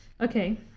Okay